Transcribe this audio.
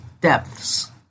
depths